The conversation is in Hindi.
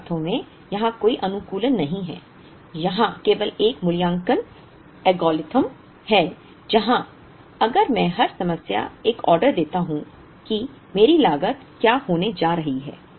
कुछ अर्थों में यहाँ कोई अनुकूलन नहीं है वहाँ केवल एक मूल्यांकन एल्गोरिथ्म है जहाँ अगर मैं हर समय एक ऑर्डर देता हूँ कि मेरी लागत क्या होने जा रही है